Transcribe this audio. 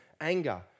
anger